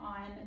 on